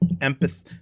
empathy